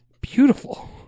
beautiful